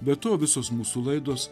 be to visos mūsų laidos